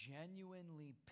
genuinely